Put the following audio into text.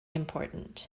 important